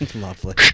lovely